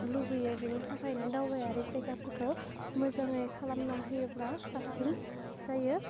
लुबैयो बेनि थाखायनो दावबायारि जायगाफोरखौ मोजाङै खालामना होयोब्ला साबसिन जायो